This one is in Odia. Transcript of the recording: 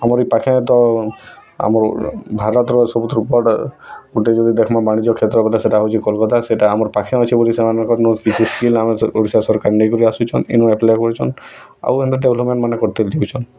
ଆମରି ପାଖେ ତ ଆମର ଭାରତର ସବୁୁଠୁ ବଡ଼ ଗୋଟେ ଯଦି ଦେଖଁମ ବାଣିଜ୍ୟ କ୍ଷେତ୍ର ବୋଲେ ସେଇଟା ହଉଛି କୋଲ୍କତା ସେଇଟା ଆମର୍ ପାଖେ ଅଛି ବୋଲି ସେମାନଙ୍କର ଓଡ଼ିଶା ସରକାର ନେଇ କରି ଆସିଛନ୍ ଇନୁ ଆପ୍ଲାଏ କରିଛନ୍ ଆଉ ଏନ୍ତା ଡେଭ୍ଲପ୍ମେଣ୍ଟମାନ କରି ଥେ ଦେଇସନ୍